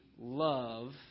love